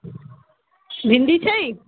भिंडी छै